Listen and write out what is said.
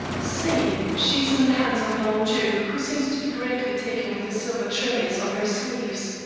see! she is in the hands of an old jew, who seems to be greatly taken with the silver trimmings on her sleeves.